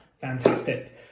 Fantastic